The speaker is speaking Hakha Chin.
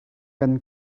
kan